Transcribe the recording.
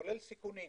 כולל סיכונים.